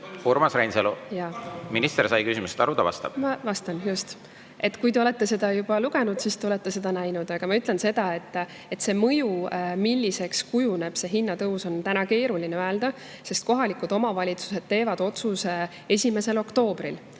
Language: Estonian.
Urmas Reinsalu, minister sai küsimusest aru. Ta vastab. Ma vastan, just. Kui te olete seda juba lugenud, siis te olete seda näinud. Aga ma ütlen seda, et seda mõju, milliseks kujuneb see hinnatõus, on täna keeruline öelda, sest kohalikud omavalitsused teevad 1. oktoobriks